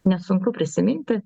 nesunku prisiminti